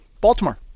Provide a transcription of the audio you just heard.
Baltimore